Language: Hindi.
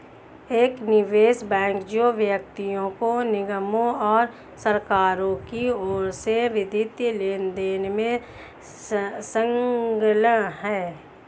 एक निवेश बैंक जो व्यक्तियों निगमों और सरकारों की ओर से वित्तीय लेनदेन में संलग्न है